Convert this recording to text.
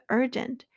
urgent